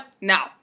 now